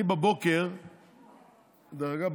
דרך אגב,